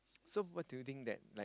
so what do you think that like